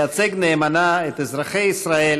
לייצג נאמנה את אזרחי ישראל,